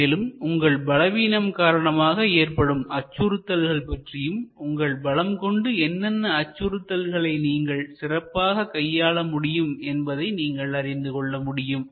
மேலும் உங்கள் பலவீனம் காரணமாக ஏற்படும் அச்சுறுத்தல்கள் பற்றியும் உங்கள் பலம் கொண்டு என்னென்ன அச்சுறுத்தல்களை நீங்கள் சிறப்பாக கையாள முடியும் என்பதையும் நீங்கள் அறிந்து கொள்ள முடியும்